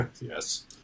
yes